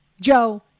Joe